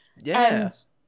Yes